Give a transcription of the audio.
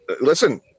Listen